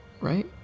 Right